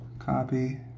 Copy